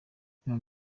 ibyuma